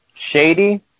shady